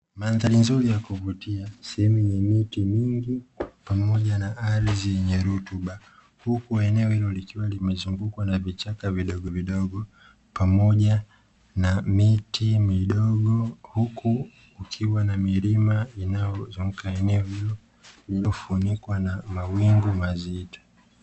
Mandhari nzuri ya kuvutia sehemu yenye miti mingi pamoja na ardhi yenye rutuba, huku eneo hilo likiwa limezungukwa na vichaka vidogovidogo, pamoja na miti midogo huku kukiwa na milima inayozungaka eneo hilo lililofunikwa na mawingu mazito.